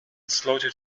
slotted